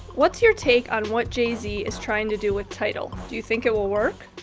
what's your take on what jay z is trying to do with tidal? do you think it will work?